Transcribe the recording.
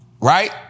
Right